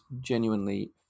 genuinely